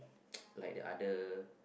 like the other